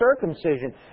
circumcision